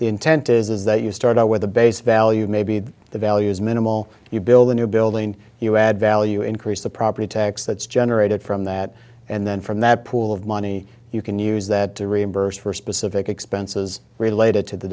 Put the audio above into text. the intent is is that you start out with a base value maybe the value is minimal you build a new building you add value increase the property tax that's generated from that and then from that pool of money you can use that to reimburse for specific expenses related to the